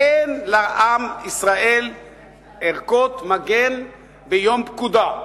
אין לעם ישראל ערכות מגן ביום פקודה.